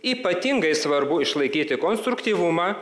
ypatingai svarbu išlaikyti konstruktyvumą